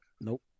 Nope